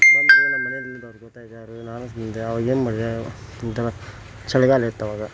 ಬಂದರು ನಮ್ಮ ಮನೇಲಿ ಆವಾಗೇನು ಮಾಡ್ದೆ ಚಳಿಗಾಲ ಇತ್ತು ಆವಾಗ